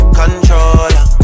controller